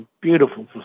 beautiful